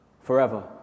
forever